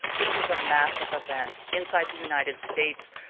this was a massive event. inside the united states,